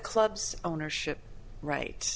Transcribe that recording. club's ownership right